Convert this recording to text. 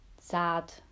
sad